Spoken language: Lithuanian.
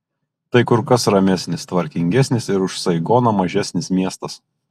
tai kur kas ramesnis tvarkingesnis ir už saigoną mažesnis miestas